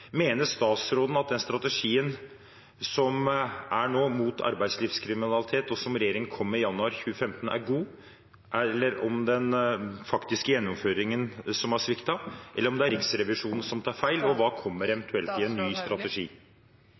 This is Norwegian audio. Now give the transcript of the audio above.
Mener statsråden at den nåværende strategien mot arbeidslivskriminalitet, som regjeringen kom med i januar 2015, er god? Er det den faktiske gjennomføringen som har sviktet? Eller er det Riksrevisjonen som tar feil? Og hva kommer eventuelt i en ny strategi?